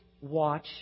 watch